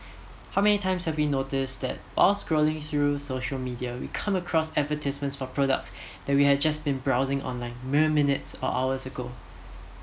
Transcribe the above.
how many times have we noticed that all scrolling through social media we come across advertisement for products that we have just been browsing online mere minutes or hours ago